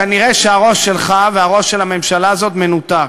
כנראה הראש שלך והראש של הממשלה הזאת מנותק.